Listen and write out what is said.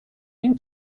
این